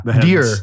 deer